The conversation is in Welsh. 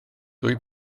dwy